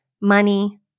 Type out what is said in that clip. money